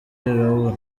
raul